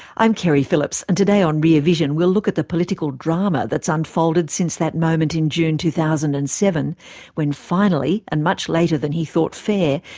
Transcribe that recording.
i'm keri phillips and today on rear vision we'll look at the political drama that's unfolded since that moment in june two thousand and seven when finally, and much later than he thought fair,